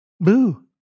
Boo